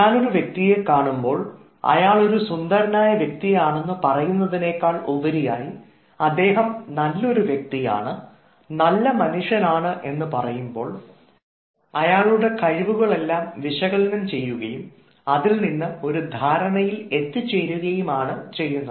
ഞാൻ ഒരു വ്യക്തിയെ കാണുമ്പോൾ അയാൾ ഒരു സുന്ദരനായ വ്യക്തിയാണെന്ന് പറയുന്നതിനേക്കാൾ ഉപരിയായി അദ്ദേഹം നല്ലൊരു വ്യക്തിയാണ് നല്ല മനുഷ്യനാണ് എന്നു പറയുമ്പോൾ അയാളുടെ കഴിവുകൾ എല്ലാം വിശകലനം ചെയ്യുകയും അതിൽ നിന്ന് ഒരു ധാരണയിൽ എത്തിച്ചേരുകയുമാണ് ചെയ്യുന്നത്